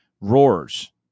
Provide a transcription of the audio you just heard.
Roars